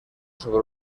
sobre